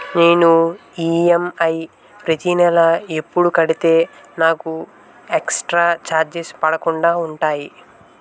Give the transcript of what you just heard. నేను ఈ.ఎం.ఐ ప్రతి నెల ఎపుడు కడితే నాకు ఎక్స్ స్త్ర చార్జెస్ పడకుండా ఉంటుంది?